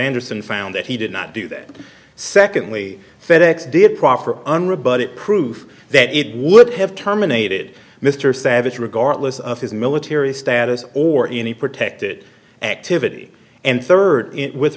anderson found that he did not do that secondly fed ex did proffer unrebutted proof that it would have terminated mr savage regardless of his military status or any protected activity and third with